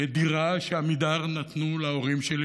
לדירה שעמידר נתנו להורים שלי.